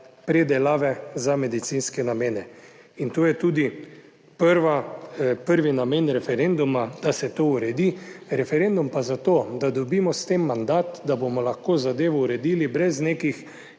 predelave za medicinske namene. In to je tudi prvi name referenduma, da se to uredi. Referendum pa zato, da dobimo s tem mandat, da bomo lahko zadevo uredili brez nekih